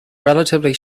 relatively